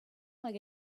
like